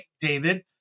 David